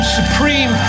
supreme